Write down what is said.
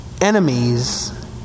enemies